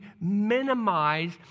minimize